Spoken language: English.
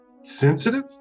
sensitive